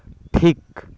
ᱴᱷᱤᱠ